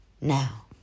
Now